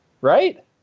Right